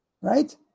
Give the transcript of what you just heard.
Right